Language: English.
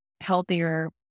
healthier